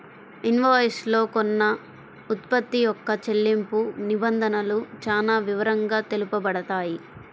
invoice లో కొన్న ఉత్పత్తి యొక్క చెల్లింపు నిబంధనలు చానా వివరంగా తెలుపబడతాయి